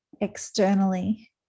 externally